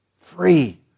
free